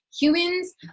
humans